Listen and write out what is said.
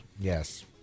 Yes